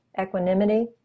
equanimity